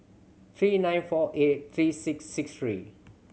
three nine four eight three six six three